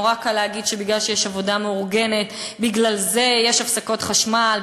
נורא קל להגיד שמכיוון שיש עבודה מאורגנת יש הפסקות חשמל,